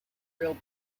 real